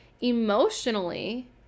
Emotionally